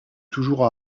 toujours